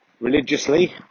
religiously